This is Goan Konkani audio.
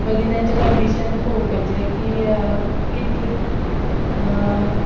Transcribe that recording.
मागीर तेंचें कंडीशन पळोवपाचें की कितले